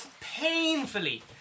painfully